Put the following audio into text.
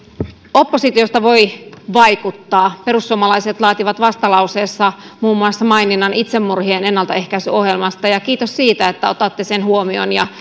oppositiosta voi vaikuttaa perussuomalaiset laativat vastalauseessaan muun muassa maininnan itsemurhien ennaltaehkäisyohjelmasta ja kiitos siitä että otatte sen huomioon ja